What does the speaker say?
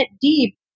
deep